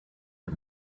bit